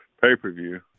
pay-per-view